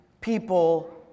people